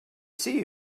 see